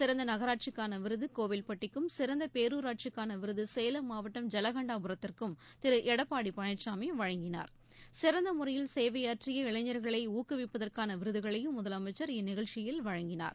சிறந்த நகராட்சிக்கான விருது கோவில்பட்டிக்கும் சிறந்த பேரூராட்சிக்கான விருது சேலம் மாவட்டம் ஜலகண்டாபுரத்திற்கும் சிறந்த முறையில் சேவையாற்றிய இளைஞர்களை ஊக்குவிக்கப்பதற்கான விருதுகளையும் முதலமைச்சர் இந்நிகழ்ச்சியில் வழங்கினார்